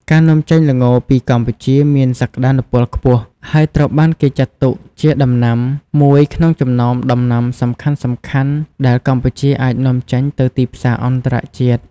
ការនាំចេញល្ងពីកម្ពុជាមានសក្ដានុពលខ្ពស់ ហើយត្រូវបានគេចាត់ទុកជាដំណាំមួយក្នុងចំណោមដំណាំសំខាន់ៗដែលកម្ពុជាអាចនាំចេញទៅទីផ្សារអន្តរជាតិ។